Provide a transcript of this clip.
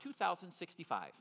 2065